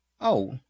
Oh